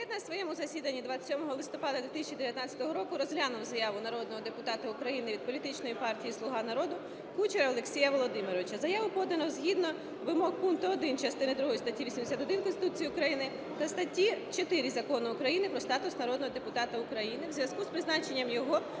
на своєму засіданні 27 листопада 2019 року розглянув заяву народного депутата України від політичної партії "Слуга народу" Кучера Олексія Володимировича. Заяву подано згідно вимог пункту 1 частини другої статті 81 Конституції України та статті 4 Закону України "Про статус народного депутата України" у зв'язку з призначенням його